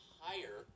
higher